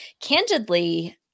candidly